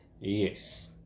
Yes